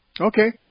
Okay